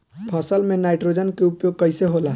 फसल में नाइट्रोजन के उपयोग कइसे होला?